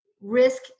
risk